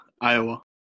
Iowa